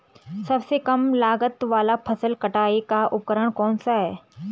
सबसे कम लागत वाला फसल कटाई का उपकरण कौन सा है?